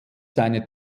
seine